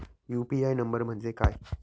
UPI number म्हणजे काय?